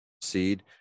seed